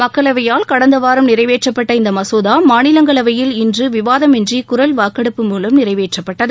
மக்களவையால் கடந்த வாரம் நிறைவேற்றப்பட்ட இந்த மசோதா மாநிலங்களவையில் இன்று விவாதமின்றி குரல் வாக்கெடுப்பு மூலம் நிறைவேற்றப்பட்டது